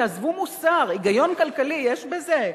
עזבו מוסר, היגיון כלכלי, יש בזה?